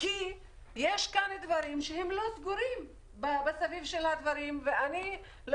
כי יש כאן דברים מסביב שהם לא סגורים.